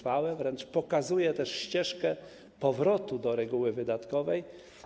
Wręcz pokazuje się ścieżkę powrotu do reguły wydatkowej.